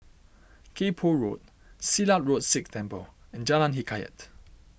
Kay Poh Road Silat Road Sikh Temple and Jalan Hikayat